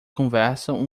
conversam